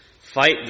Fight